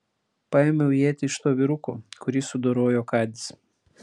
paėmiau ietį iš to vyruko kurį sudorojo kadis